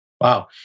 Wow